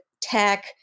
tech